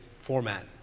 format